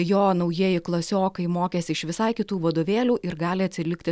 jo naujieji klasiokai mokėsi iš visai kitų vadovėlių ir gali atsilikti